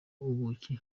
ubuki